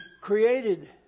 created